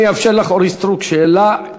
אאפשר לך, אורית סטרוק, שאלה,